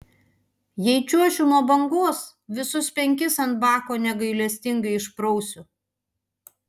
jei čiuošiu nuo bangos visus penkis ant bako negailestingai išprausiu